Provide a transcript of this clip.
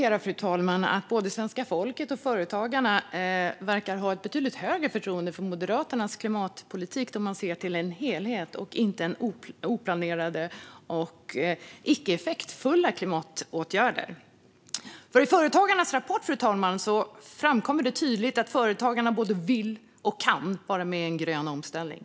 Fru talman! Jag kan bara konstatera att både svenska folket och Företagarna verkar ha betydligt högre förtroende för Moderaternas klimatpolitik, där man ser till en helhet och inte till oplanerade och icke effektfulla klimatåtgärder. Fru talman! I Företagarnas rapport framkommer tydligt att företagarna både vill och kan vara med i en grön omställning.